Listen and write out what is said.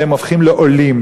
שהם הופכים לעולים,